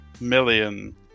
million